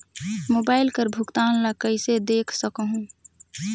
Mobile कर भुगतान ला कइसे देख सकहुं?